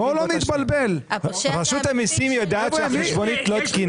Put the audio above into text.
רשות המיסים יודעת שהחשבונית לא תקינה.